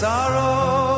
Sorrow